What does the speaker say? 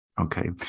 Okay